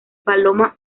paloma